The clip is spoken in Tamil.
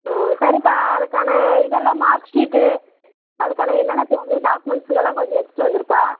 சரிப்பா அதுக்கான இதெல்லாம் மார்க் ஷீட்டு அதுக்கான என்னென்ன தேவையோ டாக்குமெண்ட்ஸுங்கலாம் கொஞ்சம் எடுத்துகிட்டு வந்துருப்பா